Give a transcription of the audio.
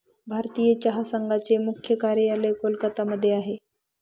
भारतीय चहा संघाचे मुख्य कार्यालय कोलकत्ता मध्ये आहे